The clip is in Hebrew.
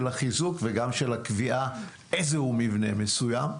החיזוק וגם של הקביעה איזה הוא מבנה מסוים.